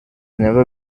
never